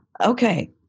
Okay